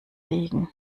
liegen